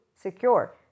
secure